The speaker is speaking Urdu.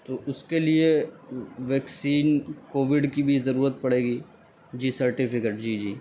تو اس کے لیے ویکسین کووڈ کی بھی ضرورت پڑے گی جی سرٹیفکیٹ جی جی